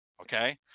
Okay